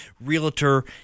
realtor